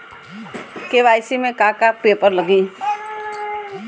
KYC में का का पेपर लगी?